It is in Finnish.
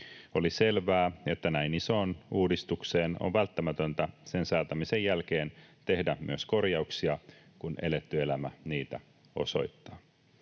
Oli selvää, että näin isoon uudistukseen on välttämätöntä sen säätämisen jälkeen tehdä myös korjauksia, kun eletty elämä niitä osoittaa.